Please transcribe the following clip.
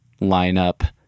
lineup